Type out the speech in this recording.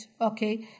Okay